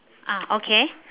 ah okay